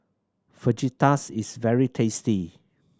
fajitas is very tasty